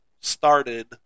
started